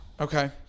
Okay